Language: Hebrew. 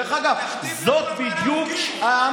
דרך אגב, זאת בדיוק, תכתיב לנו גם על מה להפגין.